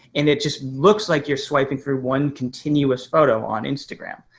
and it just looks like you're swiping through one continuous photo on instagram.